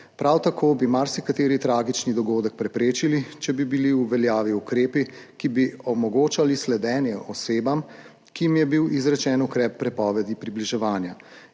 Prav tako bi marsikateri tragični dogodek preprečili, če bi bili v veljavi ukrepi, ki bi omogočali sledenje osebam, ki jim je bil izrečen ukrep prepovedi približevanja.